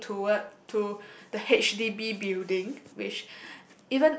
going toward to the H_D_B building which